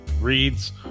reads